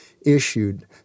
issued